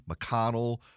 McConnell